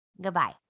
Goodbye